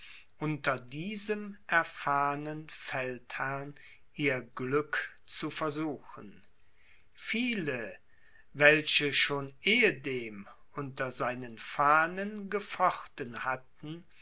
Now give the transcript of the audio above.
unter diesem erfahrnen feldherrn ihr glück zu versuchen viele welche schon ehedem unter seinen fahnen gefochten hatten